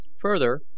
Further